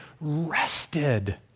rested